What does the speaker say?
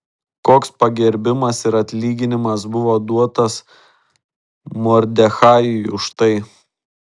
koks pagerbimas ir atlyginimas buvo duotas mordechajui už tai